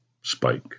spike